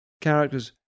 characters